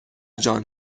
جان